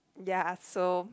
ya so